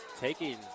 taking